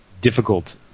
difficult